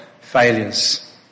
failures